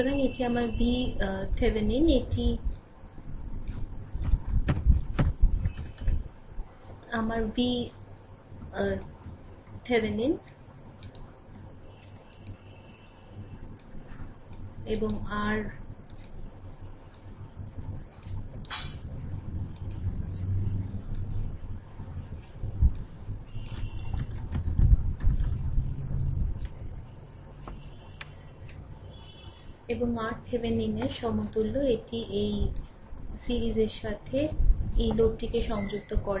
সুতরাং এটি আমার v thevenin যে এটি আমার v ভেনিন এবং RThevenin সমতুল্য এটি এই সিরিজের সাথে এই লোডটিকে সংযুক্ত করে